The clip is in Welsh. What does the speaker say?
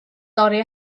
dorri